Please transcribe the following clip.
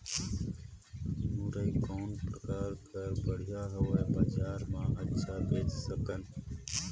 मुरई कौन प्रकार कर बढ़िया हवय? बजार मे अच्छा बेच सकन